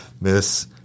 Miss